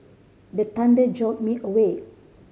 the thunder jolt me awake